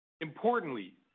Importantly